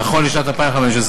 נכון לשנת 2015,